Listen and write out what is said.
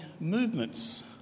movements